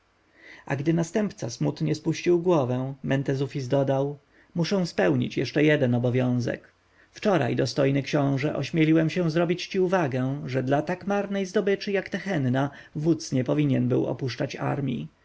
a gdy następca smutnie spuścił głowę mentezufis dodał muszę spełnić jeszcze jeden obowiązek wczoraj dostojny książę ośmieliłem się zrobić ci uwagę że dla tak marnej zdobyczy jak tehenna wódz nie powinien był opuszczać armji